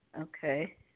Okay